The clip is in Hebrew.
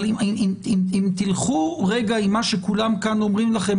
אבל אם תלכו רגע עם מה שכולם כאן אומרים לכם,